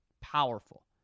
powerful